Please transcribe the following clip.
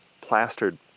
plastered